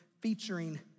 featuring